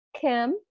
Kim